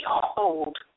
behold